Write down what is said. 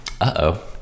uh-oh